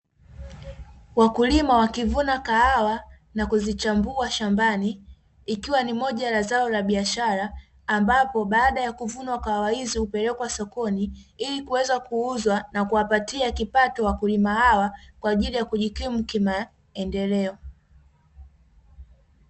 Wakulima wakivuna kahawa na kuzichambua shambani, ikiwa ni moja ya zao la biashara, ambapo baada ya kuvunwa kahawa hizi hupelekwa sokoni ili kuweza kuuzwa na kuwapatia kipato wakulima hawa kwa ajili ya kujikimu kimaendeleo.